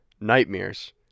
nightmares